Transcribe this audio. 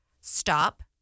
stop